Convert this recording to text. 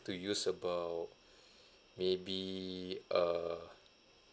to use about maybe err